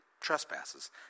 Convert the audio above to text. trespasses